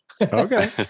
Okay